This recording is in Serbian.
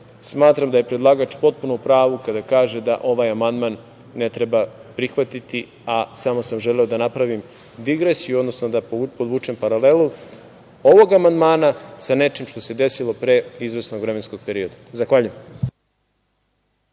smatram da je predlagač potpuno u pravu kada kaže da ovaj amandman ne treba prihvatiti, a samo sam želeo da napravim digresiju, odnosno da podvučem paralelu ovog amandmana sa nečim što se desilo pre izvesnog vremenskog perioda. Zahvaljujem.